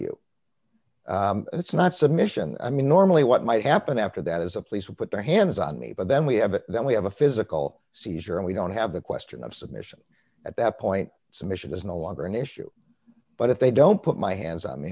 you it's not submission i mean normally what might happen after that is a police will put their hands on me but then we have it then we have a physical seizure and we don't have the question of submission at that point submission is no longer an issue but if they don't put my hands i me